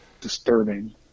disturbing